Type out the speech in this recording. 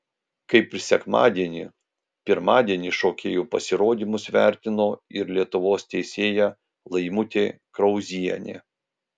kaip ir sekmadienį pirmadienį šokėjų pasirodymus vertino ir lietuvos teisėja laimutė krauzienė